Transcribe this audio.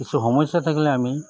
কিছু সমস্যা থাকিলে আমি